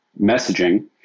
messaging